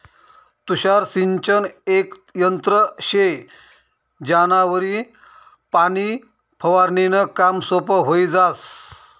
तुषार सिंचन येक यंत्र शे ज्यानावरी पाणी फवारनीनं काम सोपं व्हयी जास